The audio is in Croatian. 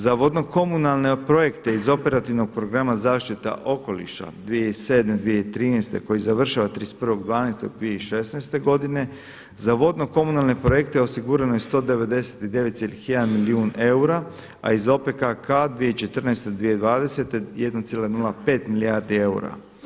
Za vodnokomunalne projekte iz Operativnog programa zaštite okoliša 2007.-2013. koji završava 31.12.2016. godine, za vodnokomunalne projekte osigurano je 199,1 milijun eura, a iz OPKK 2014.-2020. 1,05 milijardi eura.